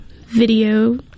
video